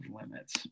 limits